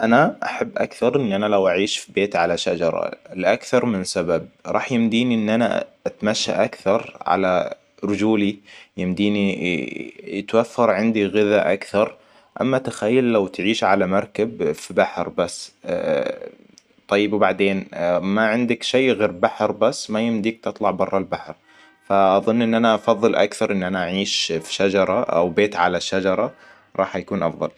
أنا احب اكثر اني انا لو اعيش في بيت على شجرة لأكثر من سبب راح يمديني إن أنا اتمشى أكثر على رجولي يمديني يتوفر عندي غذا اكثر اما تخيل لو تعيش على مركب في بحر بس طيب وبعدين ما عندك شي غير بحر بس ما يمديك تطلع برا البحر. فاظن ان انا افضل أكثر إن أنا أعيش بشجرة او بيت على شجرة راح يكون افضل